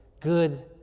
good